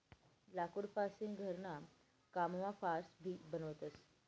लाकूड पासीन घरणा कामना फार्स भी बनवतस